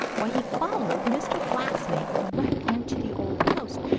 why, he followed mr. blacksnake right into the old post,